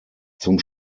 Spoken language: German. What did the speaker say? zum